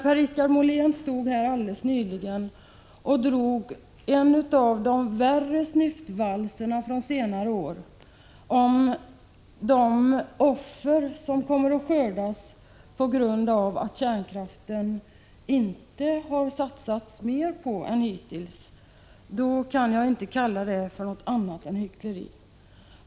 Per-Richard Molén stod här alldeles nyss och drog en av de värre snyftvalserna från senare år om de offer som kommer att skördas på grund av att det inte har satsats mer på kärnkraften än hittills. Jag kan inte kalla det för något annat än hyckleri.